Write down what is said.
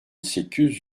sekiz